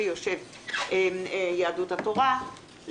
שיושבת יהדות התורה,